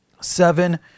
seven